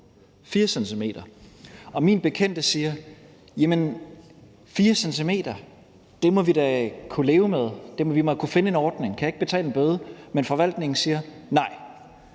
4 cm. Og min bekendte siger: Jamen 4 cm må vi da kunne leve med; vi må kunne finde en ordning – kan jeg ikke betale en bøde? Men forvaltningen siger nej.